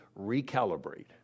recalibrate